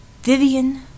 Vivian